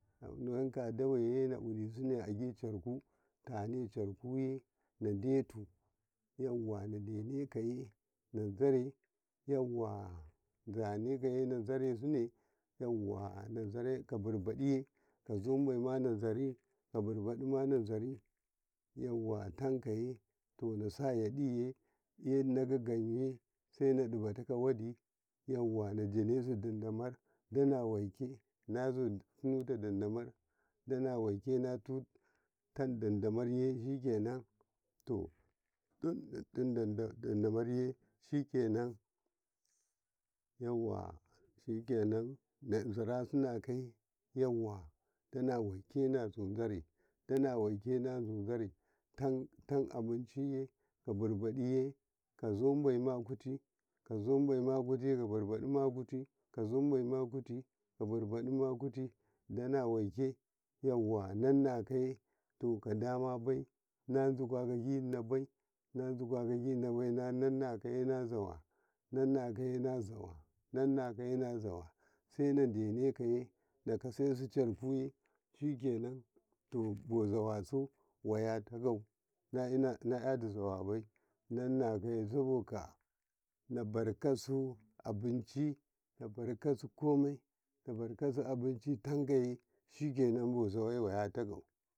﻿muwalaka daweye na'ulisine ajichi charkuye tane charkuye nadetu yawa nadenekaye nazare yawa danekane nazaresine 'yauwa nazare kabubaɗiye ka zobema na zare kabobaɗiye nazare kazobema nazare 'yauwa takaye to nase yaɗine anakagaye saina ɗibatakawadi 'yauwa najasu didamar danawake nazutu nuta didamarye danawake nazutunuta didamarye danawake nazutunata didamarta shikan to tida didamarye shiken yawa shiken nazaresinekaye 'yauwa da na waikena zu zare danawaike na somazare danawaike na somazare ten'abicaye ka kabur badima kutika zombema kuti ka bibaɗima kuti danawake yawa nannakaye kadamabe nazaka kazunabe na zaka kajinabe nannakaye nazawa kadamenbe nazaka kazunabe nazaka nannaakaye nazawa senadenaye nakasi carakuye shiken to bozawasu watakon nayadi zawabe nannakaye nabakasu abici nabakasu mike nabakasu abici takaye shiken bozawaye watako.